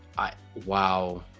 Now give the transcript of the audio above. i wow